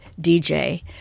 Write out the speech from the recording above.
DJ